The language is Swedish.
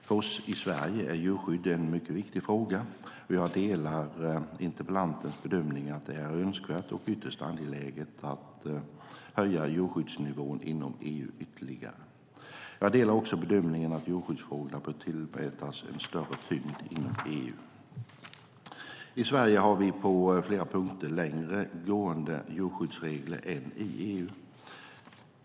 För oss i Sverige är djurskydd en mycket viktig fråga, och jag delar interpellantens bedömning att det är önskvärt och ytterst angeläget att höja djurskyddsnivån inom EU ytterligare. Jag delar också bedömningen att djurskyddsfrågorna bör tillmätas en större tyngd inom EU. I Sverige har vi på flera punkter längre gående djurskyddsregler än i EU.